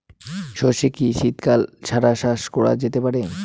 সর্ষে কি শীত কাল ছাড়া চাষ করা যেতে পারে?